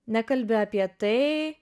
nekalbi apie tai